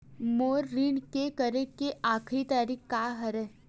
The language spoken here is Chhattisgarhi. मोर ऋण के करे के आखिरी तारीक का हरे?